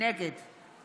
נגד